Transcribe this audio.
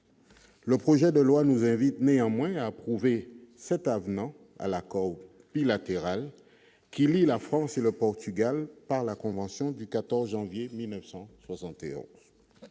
Le projet de loi nous invite néanmoins approuvé cet avenant à l'accord ou bilatéral qui lie la France et le Portugal par la convention du 14 janvier 1971 mais